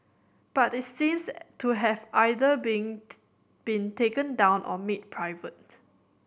but it seems to have either been been taken down or made private